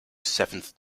seventh